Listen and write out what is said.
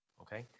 okay